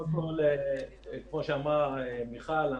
כפי שאמרה מיכל הלפרין,